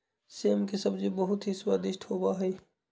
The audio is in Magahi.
सेम के सब्जी बहुत ही स्वादिष्ट होबा हई